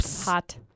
hot